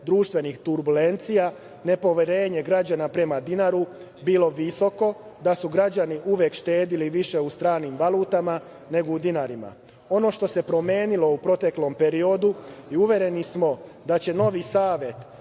društvenih turbulencija nepoverenje građana prema dinaru bilo visoko, da su građani uvek štedeli više u stranim valutama nego u dinarima. Ono što se promenilo u proteklom periodu i uvereni smo da će novi Savet